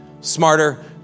Smarter